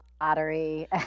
lottery